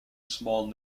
small